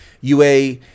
UA